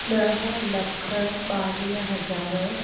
ॾह लख ॿावीह हज़ार